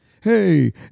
hey